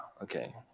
Okay